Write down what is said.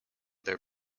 their